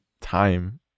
time